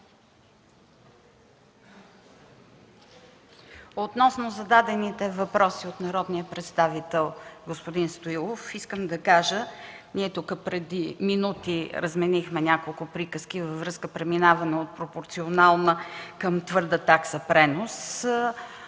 Относно зададените въпроси от народния представител господин Стоилов искам да кажа, че тук преди минути разменихме няколко приказки във връзка с преминаване от пропорционална към твърда такса пренос.